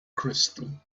crystal